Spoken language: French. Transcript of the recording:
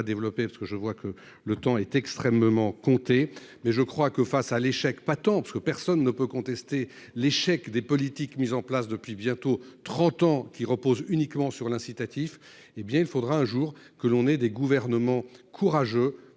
développer, parce que je vois que le temps est extrêmement compté mais je crois que face à l'échec parce que personne ne peut contester l'échec des politiques mises en place depuis bientôt 30 ans, qui repose uniquement sur l'incitatif, hé bien il faudra un jour que l'on ait des gouvernements courageux